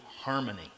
harmony